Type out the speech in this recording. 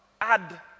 add